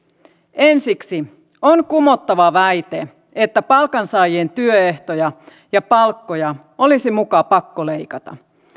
ensiksi on kumottava väite että palkansaajien työehtoja ja palkkoja olisi muka pakko leikata